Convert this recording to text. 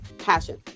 passion